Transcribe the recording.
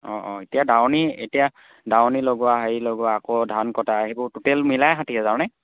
অঁ অঁ এতিয়া দাৱনী এতিয়া দাৱনী লগোৱা হেৰি লগোৱা আকৌ ধান কটা সেইবোৰ টোটেল মিলাই ষাঠি হেজাৰ নে